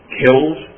killed